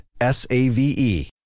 S-A-V-E